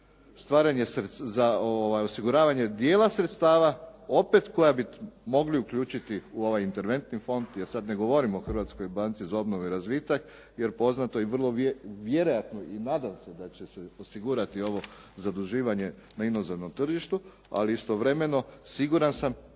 prostor za osiguravanje dijela sredstava, opet koja bi mogli uključiti u ovaj interventni fond jer sad ne govorim o Hrvatskoj banci za obnovu i razvitak jer poznato je i vrlo vjerojatno i nadam se da će se osigurati ovo zaduživanje na inozemnom tržištu, ali istovremeno siguran sam